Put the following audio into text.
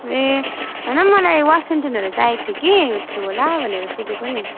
ए हैन मलाई वासिङ्टनहरू चाहिएको थियो कि थियो होला भनेर सोधेको नि